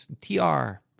T-R